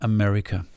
America